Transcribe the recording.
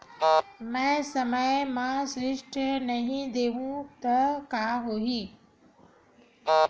मैं समय म ऋण नहीं देहु त का होही